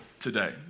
today